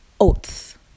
oats